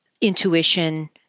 intuition